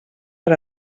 per